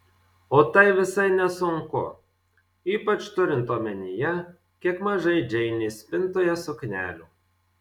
o tai visai nesunku ypač turint omenyje kiek mažai džeinės spintoje suknelių